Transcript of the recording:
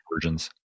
versions